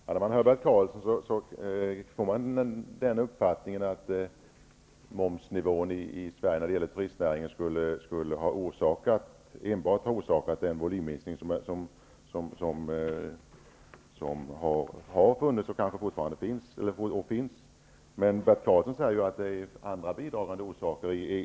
Herr talman! När man hör Bert Karlsson får man uppfattningen att momsnivån för turistnäringen i Sverige skulle enbart ha orsakat den volymminskning som har funnits och kanske fortfarande finns. Men Bert Karlsson säger att det finns andra bidragande orsaker.